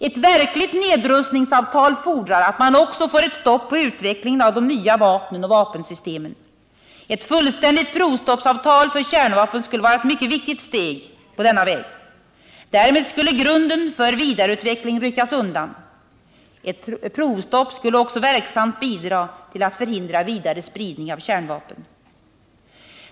Ett verkligt nedrustningsavtal fordrar att man också får ett stopp på utvecklingen av de nya vapnen och vapensystemen. Ett fullständigt provstoppsavtal för kärnvapen skulle vara ett mycket viktigt steg på denna väg. Därmed skulle grunden för en vidareutveckling ryckas undan. Ett provstopp skulle också verksamt bidra till att förhindra en vidare spridning av kärnvapen.